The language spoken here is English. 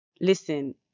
Listen